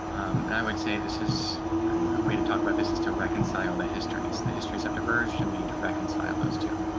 and i would say this is a way to talk about this is to reconcile the histories, the histories of diversion. we need and to reconcile those two.